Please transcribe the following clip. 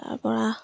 তাৰ পৰা